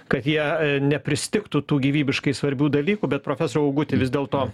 kad jie nepristigtų tų gyvybiškai svarbių dalykų bet profesoriau auguti vis dėlto